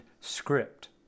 script